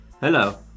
Hello